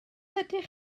ydych